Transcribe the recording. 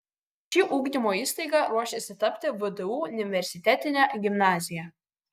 ši ugdymo įstaiga ruošiasi tapti vdu universitetine gimnazija